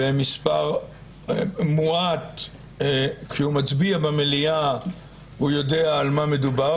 ומספר מועט כשהוא מצביע במליאה הוא יודע על מה מדובר.